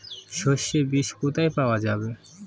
সর্ষে বিজ কোথায় পাওয়া যাবে?